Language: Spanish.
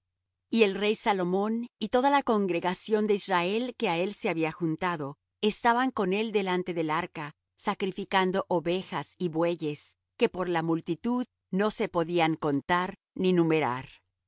y el rey salomón y toda la congregación de israel que á él se había juntado estaban con él delante del arca sacrificando ovejas y bueyes que por la multitud no se podían contar ni numerar y